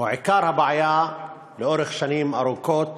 או: עיקר הבעיה לאורך שנים רבות